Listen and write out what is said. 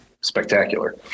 spectacular